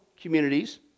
communities